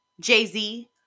Jay-Z